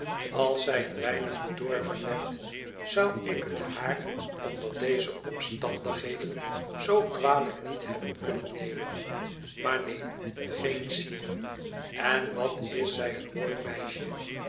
als zij een weinig bedorven werd zou ik het haar onder deze omstandigheden zoo kwalijk niet hebben kunnen nemen maar neen geen zier en wat is zij een mooi meisje